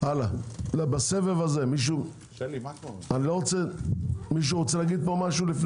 בסבב הזה מישהו רוצה לומר משהו?